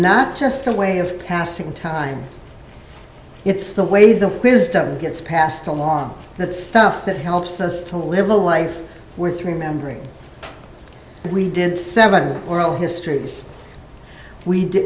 not just a way of passing time it's the way the wisdom gets passed along that stuff that helps us to live a life worth remembering we did seven oral histories we